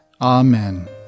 Amen